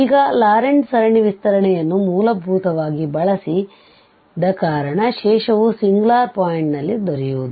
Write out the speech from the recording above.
ಈಗ ಲಾರೆಂಟ್ ಸರಣಿ ವಿಸ್ತರಣೆಯನ್ನು ಮೂಲಭೂತವಾಗಿಬಳಸಿದ ಕಾರಣ ಶೇಷವು ಸಿಂಗ್ಯುಲಾರ್ ಪಾಯಿಂಟ್ ನಲ್ಲಿ ದೊರೆಯುವುದು